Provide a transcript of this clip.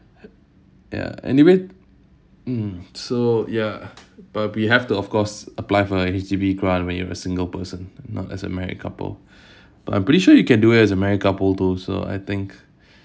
ya anyway mm so ya but we have to of course apply for the H_D_B grant when you have a single person not as a married couple but I'm pretty sure you can do it as a married couple too so I think